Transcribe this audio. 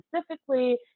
specifically